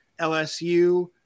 LSU